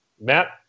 Matt